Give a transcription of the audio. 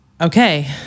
Okay